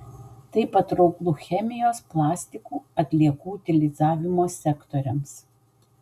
tai patrauklu chemijos plastikų atliekų utilizavimo sektoriams